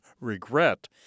regret